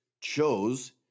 chose